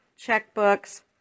checkbooks